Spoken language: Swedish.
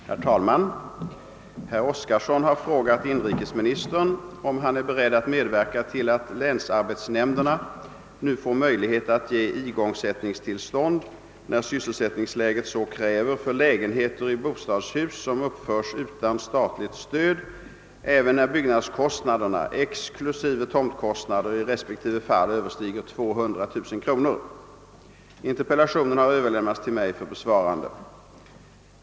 Herr talman! Herr Oskarson har frågat, om jag är beredd att medverka till att länsarbetsnämnderna nu får möjlighet att ge igångsättningstillstånd, när sysselsättningsläget så kräver, för lägenheter i bostadshus som uppförs utan statligt stöd, även när byggnadskostnaderna — exklusive tomtkostnader — i respektive fall överstiger 200 000 kr. Interpellationen har överlämnats till mig för besvarande.